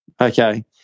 Okay